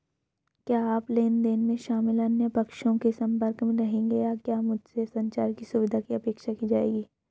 क्या आप लेन देन में शामिल अन्य पक्षों के संपर्क में रहेंगे या क्या मुझसे संचार की सुविधा की अपेक्षा की जाएगी?